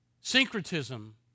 Syncretism